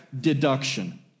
deduction